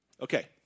Okay